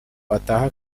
ataha